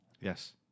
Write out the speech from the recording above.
Yes